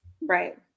Right